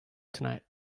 tonight